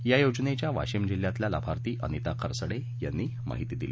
या योजनेच्या वाशिम जिल्ह्यातल्या लाभार्थी अनिता खरसडे यांनी माहिती दिली